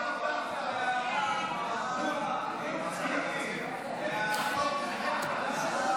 ההצעה להעביר את הצעת חוק לתיקון פקודת בתי הסוהר (תיקון מס'